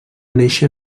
néixer